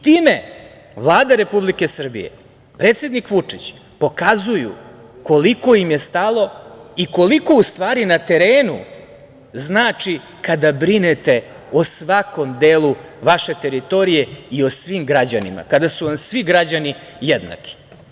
Time Vlada Republike Srbije, predsednik Vučić pokazuju koliko im je stalo i koliko u stvari ne terenu znači kada brinete o svakom delu vaše teritorije i o svim građanima, kada su vam svi građani jednaki.